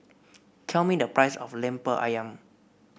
tell me the price of lemper ayam